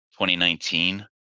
2019